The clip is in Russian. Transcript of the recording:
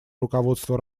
руководство